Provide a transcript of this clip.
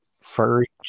furry